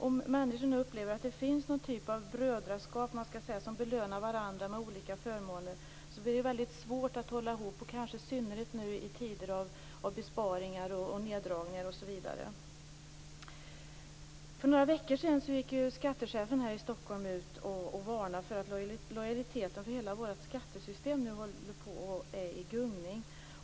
Om människor nu upplever att det finns en typ av brödraskap - att man belönar varandra med olika förmåner - blir det väldigt svårt att hålla ihop, kanske i synnerhet nu i tider av besparingar, neddragningar osv. För några veckor sedan gick skattechefen i Stockholm ut med en varning. Han talade om att lojaliteten gentemot hela vårt skattesystem är i gungning.